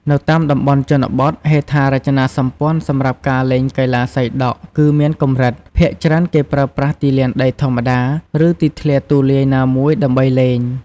នៅតាមតំបន់ជនបទ ហេដ្ឋារចនាសម្ព័ន្ធសម្រាប់ការលេងកីឡាសីដក់គឺមានកម្រិត ភាគច្រើន គេប្រើប្រាស់ទីលានដីធម្មតា ឬទីធ្លាទូលាយណាមួយដើម្បីលេង។